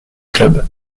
club